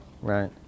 Right